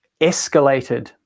escalated